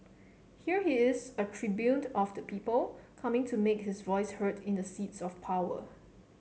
here he is a tribune of the people coming to make his voice heard in the seats of power